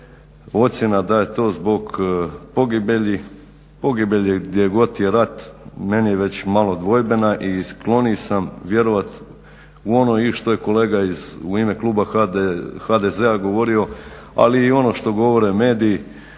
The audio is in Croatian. ocjena da je to zbog pogibelji gdje god je rat meni je već malo dvojbena i skloniji sam vjerovat u ono i što je kolega u ime kluba HDZ-a govorio ali i ono što govore mediji